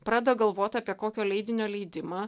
pradeda galvoti apie kokio leidinio leidimą